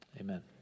Amen